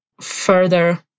further